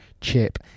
chip